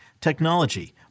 technology